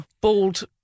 bald